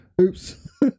Oops